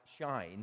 shine